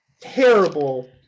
terrible